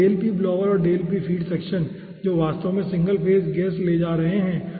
अब और जो वास्तव में सिंगल फेज गैस ले जा रहे है